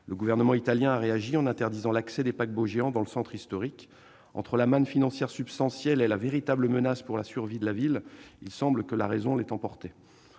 Le gouvernement italien a réagi en interdisant l'accès du centre historique aux paquebots géants. Entre la manne financière substantielle et la véritable menace pour la survie de la ville, il semble que la raison l'ait emporté.